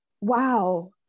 wow